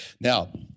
now